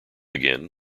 again